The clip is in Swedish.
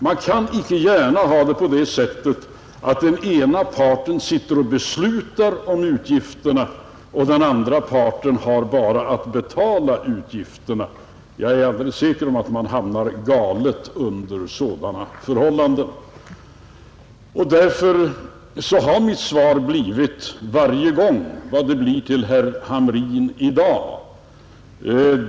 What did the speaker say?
Man kan inte gärna ha det på det sättet att den ena parten beslutar om utgifterna och den andra parten har bara att betala dem. Jag är alldeles säker på att man i så fall hamnar galet. Därför har mitt svar varje gång blivit detsamma som det som jag har givit herr Hamrin i dag.